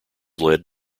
led